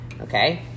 okay